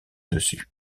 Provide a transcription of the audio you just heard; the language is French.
dessus